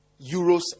euros